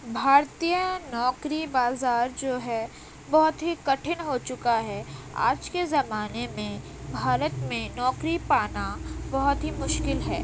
بھارتیہ نوکری بازار جو ہے بہت ہی کٹھن ہو چکا ہے آج کے زمانے میں بھارت میں نوکری پانا بہت ہی مشکل ہے